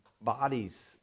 bodies